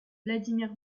vladimir